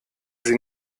sie